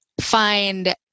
find